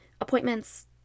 appointments